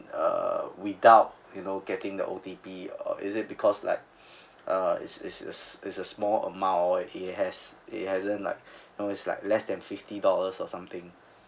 uh without you know getting the O_T_P uh is it because like uh is is is is a small amount or they has they hasn't like you know it's like less than fifty dollars or something